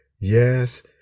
Yes